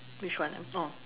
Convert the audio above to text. which one ah oh